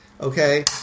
Okay